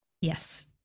Yes